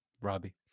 Robbie